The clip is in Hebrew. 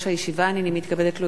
הנני מתכבדת להודיעכם,